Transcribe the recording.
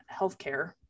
healthcare